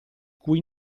cui